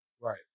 Right